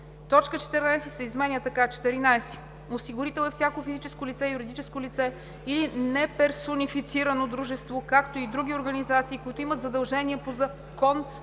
Точка 14 се изменя така: „14. „Осигурител“ е всяко физическо лице, юридическо лице или неперсонифицирано дружество, както и други организации, които имат задължение по закон